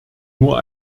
nur